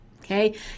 Okay